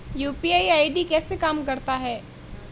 UPI ID कैसे काम करता है?